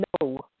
no